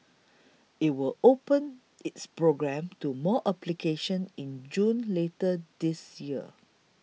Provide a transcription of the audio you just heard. it will open its program to more applications in June later this year